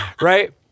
right